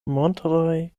montroj